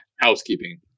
housekeeping